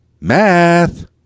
Math